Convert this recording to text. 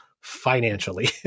financially